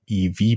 EV